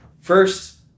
First